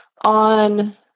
on